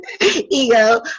ego